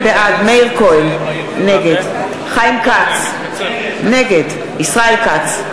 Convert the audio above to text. בעד מאיר כהן, נגד חיים כץ, נגד ישראל כץ,